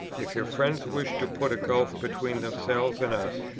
if your friends wish to put a gulf between themselves and us,